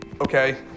Okay